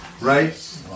Right